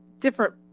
different